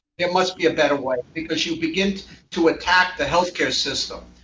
there must be a better way. because you begin to to attack the health care system.